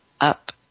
up